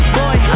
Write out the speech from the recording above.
boy